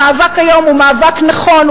המאבק היום הוא מאבק נכון,